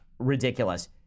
Ridiculous